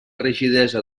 rigidesa